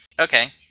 Okay